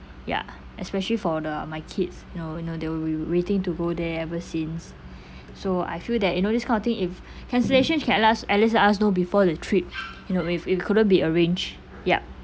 ya especially for the my kids you know you know they'll be waiting to go there ever since so I feel that you know this kind of thing if cancellation can last at least let us us know before the trip you know if if couldn't be arrange yup